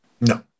No